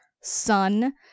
son